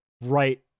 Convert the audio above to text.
right